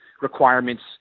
requirements